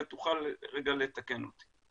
ותוכל רגע לתקן אותי.